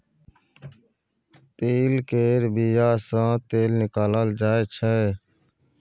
तिल केर बिया सँ तेल निकालल जाय छै